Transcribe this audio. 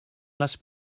les